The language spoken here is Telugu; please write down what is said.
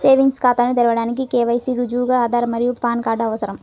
సేవింగ్స్ ఖాతాను తెరవడానికి కే.వై.సి కి రుజువుగా ఆధార్ మరియు పాన్ కార్డ్ అవసరం